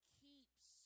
keeps